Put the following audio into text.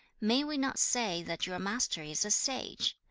may we not say that your master is a sage?